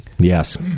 Yes